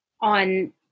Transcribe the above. on